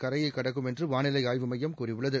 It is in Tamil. கரையைக் கடக்கும் என்று வானிலை ஆய்வுமையம் கூறியுள்ளது